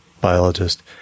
biologist